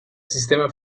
sistema